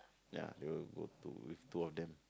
ya we were go to these two of them